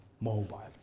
mobile